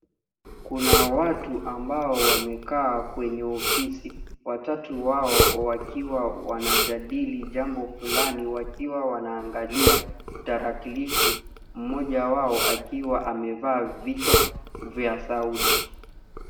Kuna watu ambao wamekaa kwenye ofisi, watatu wao wakiwa wanajadili jambo fulani wakiwa wanaangalia tarakilishi, mmoja wao akiwa amevaa vichwa vya sauti.